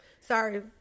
Sorry